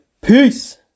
peace